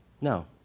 No